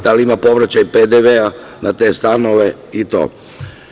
Da li ima povraćaj PDV na te stanove itd?